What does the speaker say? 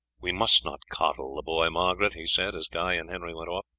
we must not coddle the boy, margaret, he said as guy and henry went off.